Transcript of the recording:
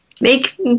Make